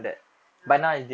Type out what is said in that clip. ya